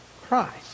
Christ